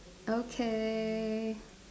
okay